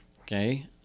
okay